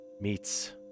meets